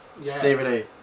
DVD